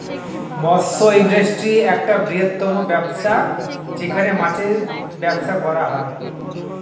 মৎস্য ইন্ডাস্ট্রি একটা বৃহত্তম ব্যবসা যেখানে মাছের ব্যবসা করা হয়